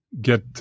get